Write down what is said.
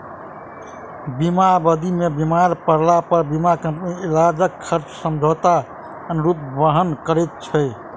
बीमा अवधि मे बीमार पड़लापर बीमा कम्पनी इलाजक खर्च समझौताक अनुरूप वहन करैत छै